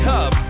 Hub